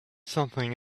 something